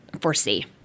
foresee